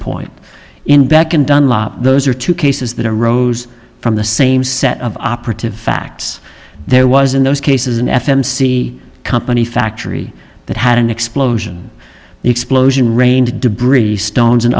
point in beck and dunlop those are two cases that arose from the same set of operative facts there was in those cases an f m c company factory that had an explosion the explosion rained debris stones and